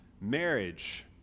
marriage